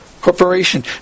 Corporation